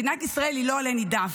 מדינת ישראל היא לא עלה נידף,